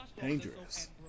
dangerous